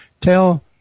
tell